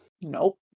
Nope